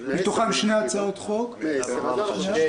מתוכם שתי הצעות חוק- -- 31